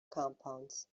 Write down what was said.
compounds